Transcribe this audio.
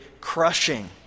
crushing